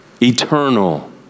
eternal